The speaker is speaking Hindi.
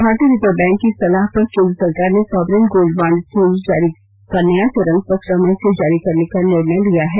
भारतीय रिजर्व बैंक की सलाह पर केंद्र सरकार ने सॉवरेन गोल्ड बांड स्कीम का नया चरण सत्रह मई से जारी करने का निर्णय लिया है